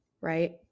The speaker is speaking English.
right